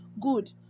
Good